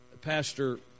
Pastor